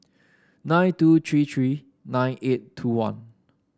nine two three three nine eight two one